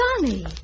Johnny